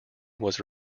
was